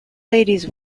ladies